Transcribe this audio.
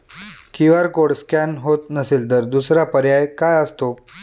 QR code scan होत नसेल तर दुसरा पर्याय काय असतो?